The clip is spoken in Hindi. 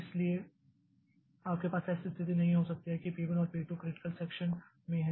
इसलिए आपके पास ऐसी स्थिति नहीं हो सकती है कि P 1 और P 2 क्रिटिकल सेक्षन में हैं